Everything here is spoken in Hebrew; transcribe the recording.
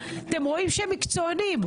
אתם רואים שהם מקצועיים,